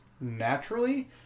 naturally